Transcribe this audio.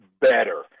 better